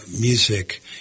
music